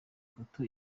gato